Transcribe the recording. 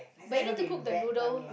but you need to cook the noodle